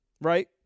Right